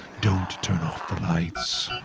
don't turn off the lights!